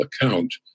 account